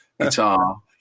guitar